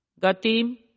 Gatim